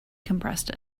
compressed